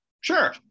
Sure